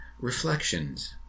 Reflections